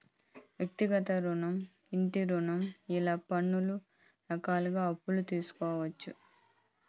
వ్యక్తిగత రుణం ఇంటి రుణం ఇలా పలు రకాలుగా అప్పులు తీసుకోవచ్చు